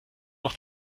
noch